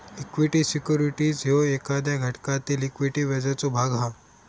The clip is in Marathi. इक्वीटी सिक्युरिटीज ह्यो एखाद्या घटकातील इक्विटी व्याजाचो भाग हा